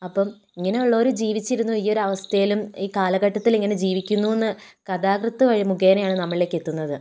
അപ്പം ഇങ്ങനെ ഉള്ളൊരു ജീവിച്ചിരുന്നു ഈ ഒരു അവസ്ഥയിലും ഈ കാലഘട്ടത്തിൽ ഇങ്ങനെ ജീവിക്കുന്നു എന്ന് കഥാകൃത്ത് വഴി മുഖേനെയാണ് നമ്മളിലേക്ക് എത്തുന്നത്